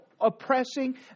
oppressing